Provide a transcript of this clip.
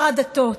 שר הדתות,